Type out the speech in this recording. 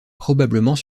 probablement